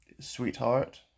sweetheart